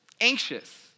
Anxious